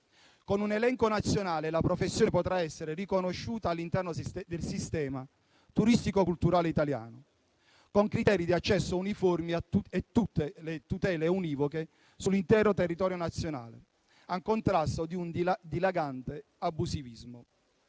Con un elenco nazionale, la professione potrà essere riconosciuta all'interno del sistema turistico-culturale italiano, con criteri di accesso uniformi e tutele univoche sull'intero territorio nazionale, a contrasto di un dilagante abusivismo.